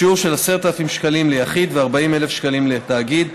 בשיעור של 10,000 שקלים ליחיד ו-40,000 שקלים לתאגיד.